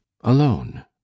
alone